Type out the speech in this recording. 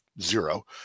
zero